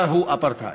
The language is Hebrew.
מהו אפרטהייד?